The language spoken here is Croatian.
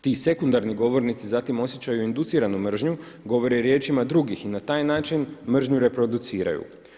Ti sekundarni govornici zatim osjećaju induciranu mržnju, govore riječima drugih i na taj način mržnju reproduciraju.